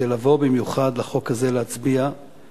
כדי לבוא במיוחד להצביע על החוק הזה.